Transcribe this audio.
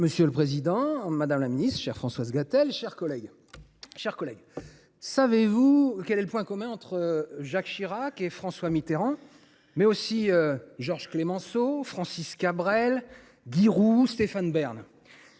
Monsieur le président, madame la ministre, mes chers collègues, savez vous quel est le point commun entre Jacques Chirac, François Mitterrand, Georges Clemenceau, Francis Cabrel, Guy Roux et Stéphane Bern ?